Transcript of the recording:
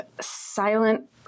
silent